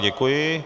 Děkuji.